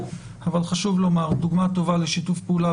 אבל חשוב לומר דוגמה טובה לשיתוף פעולה